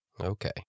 Okay